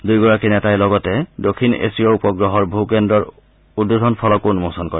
দুয়োগৰাকী নেতাই লগতে দক্ষিণ এছীয় উপগ্ৰহৰ ভূ কেন্দ্ৰৰ উদ্বোধন ফলকো উন্মোচন কৰে